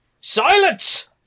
Silence